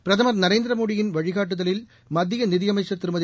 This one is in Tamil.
பிரதம் நரேந்திரமோடியின் வழிகாட்டுதலில் மத்திய நிதியமைச்சர் திருமதி